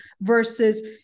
versus